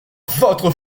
votre